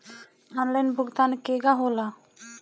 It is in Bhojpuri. आनलाइन भुगतान केगा होला?